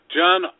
John